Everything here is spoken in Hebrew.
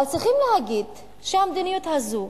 אבל צריכים להגיד שהמדיניות הזו